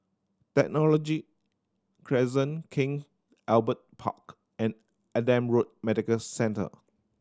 Technology Crescent King Albert Park and Adam Road Medical Centre